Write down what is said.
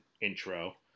intro